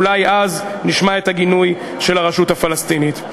אולי אז נשמע את הגינוי של הרשות הפלסטינית.